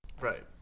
right